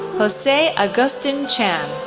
jose agustin chan,